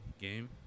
game